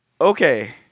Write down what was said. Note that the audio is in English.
Okay